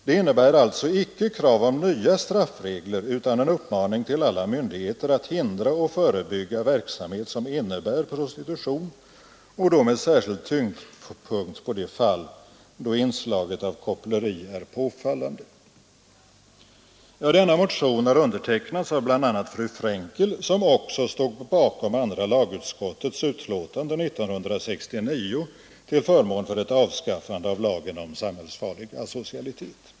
Det innebär alltså icke krav om nya straffregler utan en uppmaning till alla myndigheter att hindra och förebygga verksamhet som innebär prostitution, och då med särskild tyngdpunkt på de fall då inslaget av koppleri är påfallande.” Denna motion har undertecknats bl.a. av fru Frenkel som också stod bakom andra lagutskottets utlåtande 1969 till förmån för ett avskaffande av lagen om samhällsfarlig asocialitet.